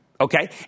okay